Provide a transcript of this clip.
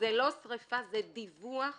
זה דיווח